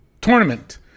Tournament